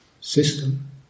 system